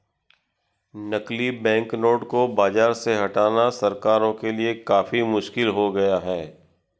नकली बैंकनोट को बाज़ार से हटाना सरकारों के लिए काफी मुश्किल हो गया है